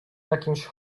jakimś